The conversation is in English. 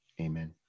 amen